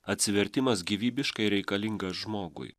atsivertimas gyvybiškai reikalingas žmogui